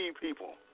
people